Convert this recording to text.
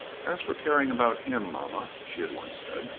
as for caring about him, mamma, she had once said,